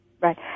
Right